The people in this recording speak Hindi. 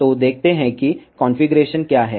तो देखते हैं कि कॉन्फ़िगरेशन क्या है